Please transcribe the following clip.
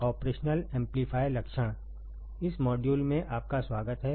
इस मॉड्यूल में आपका स्वागत है